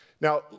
Now